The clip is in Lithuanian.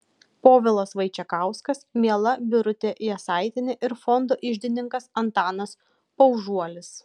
povilas vaičekauskas miela birutė jasaitienė ir fondo iždininkas antanas paužuolis